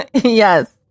Yes